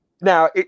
Now